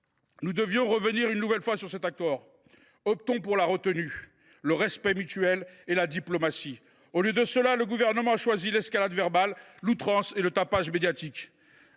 nous devrions revenir une nouvelle fois sur cet accord, optons pour la retenue, le respect mutuel et la diplomatie ! En lieu et place, le Gouvernement a choisi l’escalade verbale, l’outrance et le tapage médiatique.